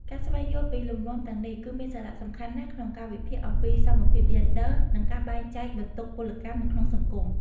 ការស្វែងយល់ពីលំនាំទាំងនេះ គឺមានសារៈសំខាន់ណាស់ក្នុងការវិភាគអំពីសមភាពយេនឌ័រ និងការបែងចែកបន្ទុកពលកម្មនៅក្នុងសង្គម។